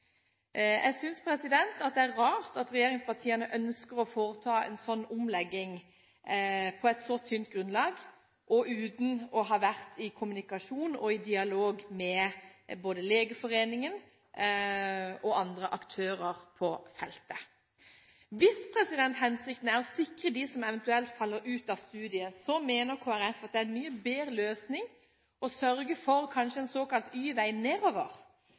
det er rart at regjeringspartiene ønsker å foreta en omlegging på et så tynt grunnlag, uten å ha vært i dialog med verken Legeforeningen eller andre aktører på feltet. Hvis hensikten er å sikre dem som eventuelt faller ut av studiet, mener Kristelig Folkeparti at en mye bedre løsning kanskje er å sørge for en såkalt Y-vei nedover,